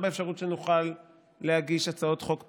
גם באפשרות שנוכל להגיש הצעות חוק פרטיות,